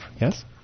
Yes